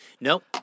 Nope